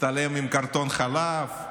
הצטלם עם קרטון חלב,